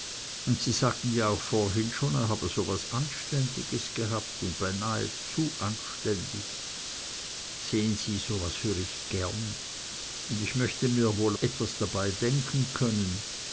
und sie sagten ja auch vorhin schon er habe so etwas anständiges gehabt und beinah zu anständig sehen sie so was höre ich gern und ich möchte mir wohl etwas dabei denken können